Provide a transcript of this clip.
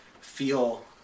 feel